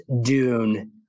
Dune